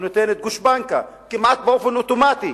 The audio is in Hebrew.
שנותנת גושפנקה כמעט באופן אוטומטי